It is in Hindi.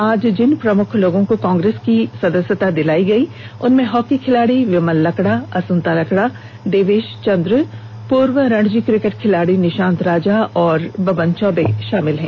आज जिन प्रमुख लोगों को कांग्रेस की सदस्यता दिलाई गई उनमें हॉकी खिलाड़ी विमल लकड़ा अंसुता लकड़ा देवेष चन्द्र पूर्व रणजी किकेट खिलाड़ी निषांत राजा और बावन चौबे शामिल है